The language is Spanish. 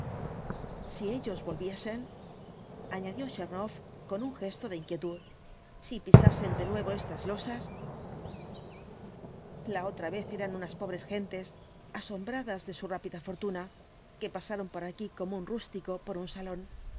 si ellos volviesen añadió tchernoff con un gesto de inquietud si pisasen de nuevo estas losas la otra vez eran unas pobres gentes asombradas de su rápida fortuna que pasaron por aquí como un rústico por un salón